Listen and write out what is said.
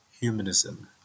humanism